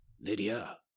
Lydia